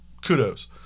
Kudos